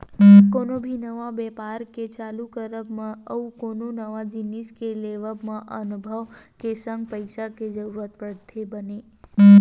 कोनो भी नवा बेपार के चालू करब मा अउ कोनो नवा जिनिस के लेवब म अनभव के संग पइसा के जरुरत पड़थे बने